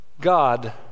God